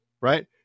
right